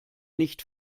nicht